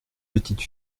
petite